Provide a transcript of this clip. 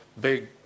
big